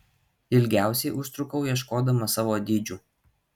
ilgiausiai užtrukau ieškodama savo dydžių